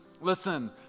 Listen